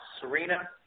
Serena